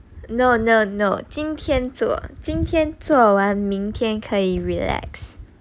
no no no 今天做今天做完明天可以 relax